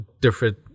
different